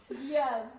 Yes